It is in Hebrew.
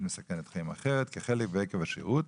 ומסכנת חיים אחרת כחלק ועקב השירות.